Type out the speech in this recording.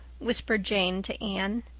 whispered jane to anne.